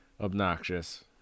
obnoxious